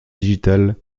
digital